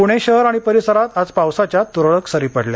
पुणे शहर आणि परिसरात आज पावसाच्या तुरळक सरी पडल्या